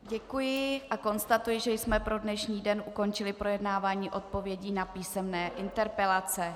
Děkuji a konstatuji, že jsme pro dnešní den ukončili projednávání odpovědí na písemné interpelace.